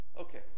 Okay